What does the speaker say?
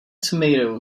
tomato